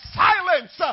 silence